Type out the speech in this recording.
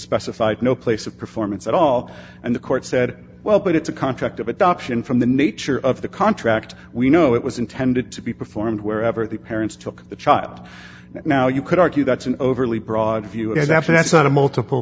specified no place of performance at all and the court said well but it's a contract of adoption from the nature of the contract we know it was intended to be performed wherever the parents took the child but now you could argue that's an overly broad view as actually that's not a multiple